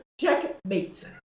Checkmate